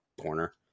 corner